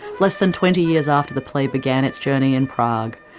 less than twenty years after the play began its journey in prague,